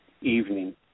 evening